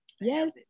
yes